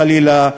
חלילה,